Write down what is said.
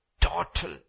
total